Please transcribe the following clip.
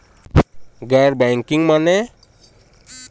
गैर बैंकिंग माने?